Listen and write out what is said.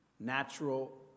natural